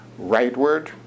rightward